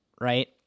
right